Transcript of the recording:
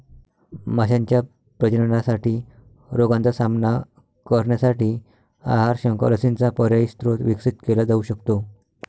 माशांच्या प्रजननासाठी रोगांचा सामना करण्यासाठी आहार, शंख, लसींचा पर्यायी स्रोत विकसित केला जाऊ शकतो